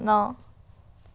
ন